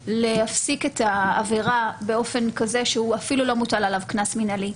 להפסיק את העבירה באופן כזה שאפילו לא יוטל עליו קנס מינהלי.